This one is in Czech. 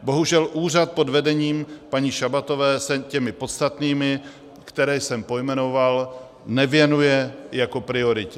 Bohužel úřad pod vedením paní Šabatové se těm podstatným, které jsem pojmenoval, nevěnuje jako prioritě.